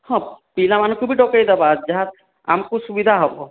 ହଁ ପିଲାମାନଙ୍କୁ ବି ଡକେଇ ଦେବା ଯାହା ଆମକୁ ସୁବିଧା ହବ